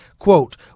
Quote